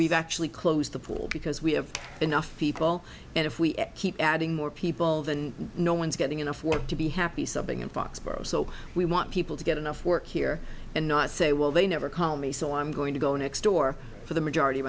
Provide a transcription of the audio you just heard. we've actually closed the pool because we have enough people and if we keep adding more people than no one's getting enough work to be happy something in foxborough so we want people to get enough work here and not say well they never call me so i'm going to go next door for the majority of